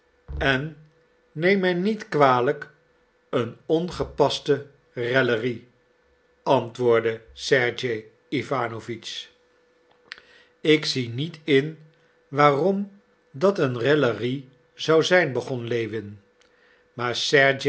en neem mij niet kwalijk een ongepaste raillerie antwoordde sergej iwanowitsch ik zie niet in waarom dat een raillerie zou zijn begon lewin maar